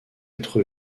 être